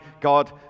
God